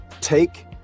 take